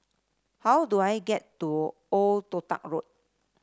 how do I get to Old Toh Tuck Road